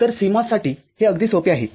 तर CMOS साठी हे अगदी सोपे आहे